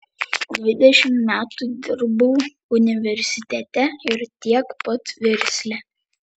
dvidešimt metų dirbau universitete ir tiek pat versle